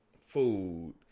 food